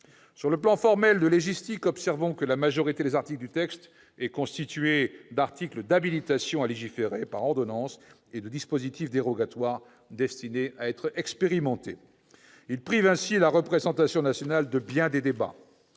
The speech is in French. Sur un plan formel de légistique, observons que la majorité des articles du texte consiste en des habilitations à légiférer par ordonnance et en des dispositifs dérogatoires destinés à être expérimentés. Il prive ainsi la représentation nationale de bien des débats.